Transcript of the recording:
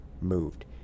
moved